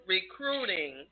Recruiting